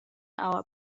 our